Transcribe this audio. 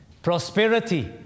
prosperity